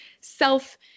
self